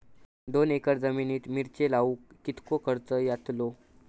दोन एकर जमिनीत मिरचे लाऊक कितको खर्च यातलो?